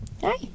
Hi